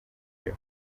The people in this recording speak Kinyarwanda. byo